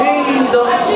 Jesus